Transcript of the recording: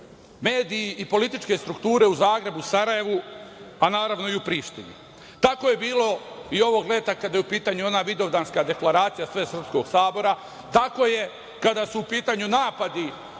mediji i političke strukture u Zagrebu, Sarajevu, a naravno i u Prištini i tako je bilo i ovog leta kada je u pitanju ona Vidovdanska deklaracija, Svesrpskog sabora i tako je kada su u pitanju napadi